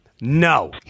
No